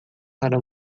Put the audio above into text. para